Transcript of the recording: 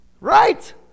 Right